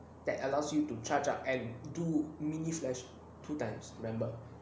that allows you to charge up and do mini flash two times remember